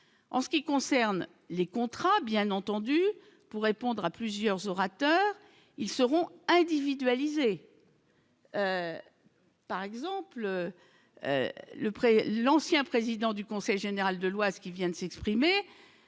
en ce qui concerne les contrats, bien entendu, pour répondre à plusieurs orateurs, ils seront individualisés par exemple le prêt, l'ancien président du conseil général de l'Oise qui vient de s'exprimer,